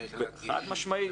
חד משמעית.